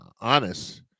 honest